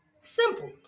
Simple